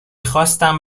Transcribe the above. خواستم